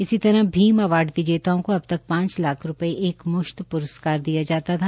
इसी तरह भीम अवार्ड विजेताओं को अब तक पांच लाख रुपये एकमुश्त पुरस्कार दिया जाता था